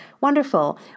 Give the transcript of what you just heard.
Wonderful